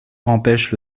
empêche